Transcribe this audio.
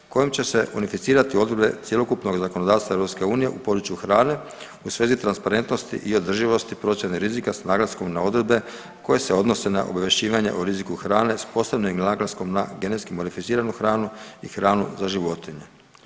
1381 kojom će se unificirati odredbe cjelokupnog zakonodavstva EU u području hrane u svezi transparentnosti i održivosti procjene rizika s naglaskom na odredbe koje se odnose na obavješćivanje o riziku hrane s posebnim naglaskom na genetski modificiranu hranu i hranu za životinje.